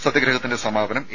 സത്യഗ്രഹത്തിന്റെ സമാപനം എ